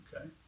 Okay